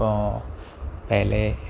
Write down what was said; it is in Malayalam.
ഇപ്പോൾ പെലെ